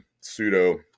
pseudo